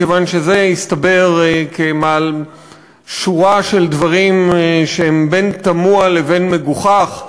מכיוון שזה הסתבר כשורה של דברים שהם בין תמוה לבין מגוחך.